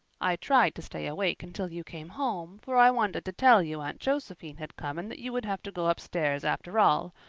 i tried to stay awake until you came home, for i wanted to tell you aunt josephine had come and that you would have to go upstairs after all,